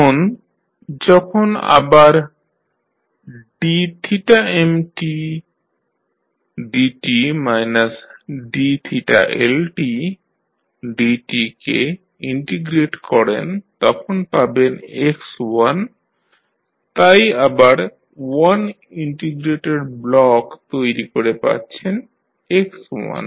এখন যখন আবার dmdt dLdt কে ইন্টিগ্রেট করেন তখন পাবেন x1 তাই আবার 1 ইনটিগ্রেটর ব্লক তৈরি করে পাচ্ছেন x1